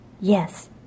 Yes